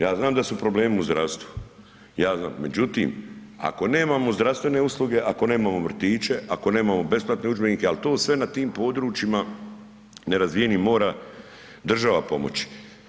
Ja znam da su problemi u zdravstvu, ja znam, međutim, ako nemamo zdravstvene usluge, ako nemamo vrtiće, ako nemamo besplatne udžbenike, al to sve na tim područjima nerazvijenim mora država pomoći.